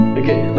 okay